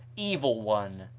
evil one.